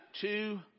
two